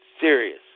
serious